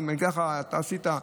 האם עשית.